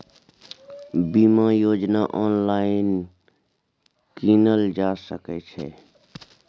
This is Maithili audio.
बीमा योजना ऑनलाइन कीनल जा सकै छै?